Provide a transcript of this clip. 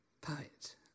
poet